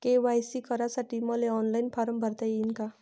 KYC करासाठी मले online form भरता येईन का?